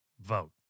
Vote